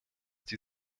die